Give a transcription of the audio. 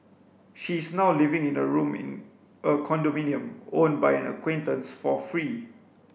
she is now living in a room in a condominium owned by an acquaintance for free